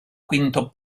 quinto